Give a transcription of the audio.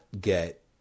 get